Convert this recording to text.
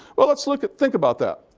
well, let's like ah think about that.